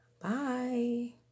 Bye